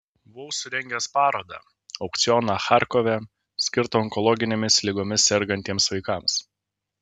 buvau surengęs parodą aukcioną charkove skirtą onkologinėmis ligomis sergantiems vaikams